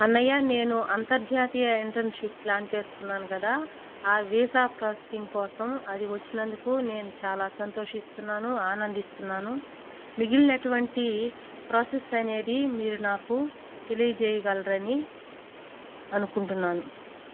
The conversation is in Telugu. అన్నయ్య నేను అంతర్జాతీయ ఇంటర్న్షిప్ ప్లాన్ చేసుకున్నాను కదా ఆ వీసా ప్రాసెసింగ్ కోసం అది వచ్చినందుకు నేను చాలా సంతోషిస్తున్నాను ఆనందిస్తున్నాను మిగిలినటువంటి ప్రాసెస్ అనేది మీరు నాకు తెలియజేయగలరని అనుకుంటున్నాను